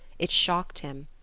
it shocked him.